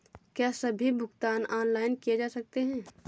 क्या सभी भुगतान ऑनलाइन किए जा सकते हैं?